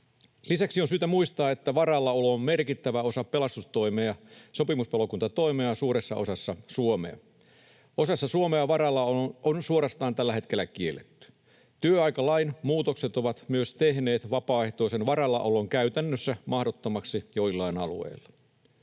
Lisäksi on syytä muistaa, että varallaolo on merkittävä osa pelastustoimea, sopimuspalokuntatoimea suuressa osassa Suomea. Osassa Suomea varallaolo on suorastaan tällä hetkellä kielletty. Työaikalain muutokset ovat myös tehneet vapaaehtoisen varallaolon käytännössä mahdottomaksi joillain alueilla.